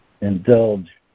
indulge